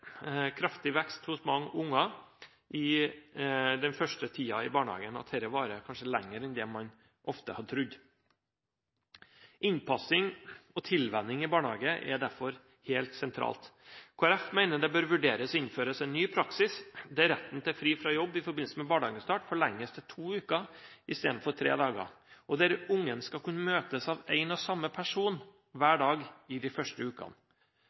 kraftig vekst hos mange unger den første tiden i barnehagen, og at dette varer lenger enn man ofte har trodd. Innpassing og tilvenning i barnehagen er derfor helt sentralt. Kristelig Folkeparti mener det bør vurderes å innføre en ny praksis med rett til fri fra jobb i forbindelse med barnehagestart i to uker istedenfor tre dager, og der ungen skal møtes av én og samme person hver dag de første ukene.